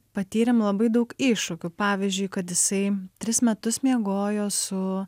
patyrėm labai daug iššūkių pavyzdžiui kad jisai tris metus miegojo su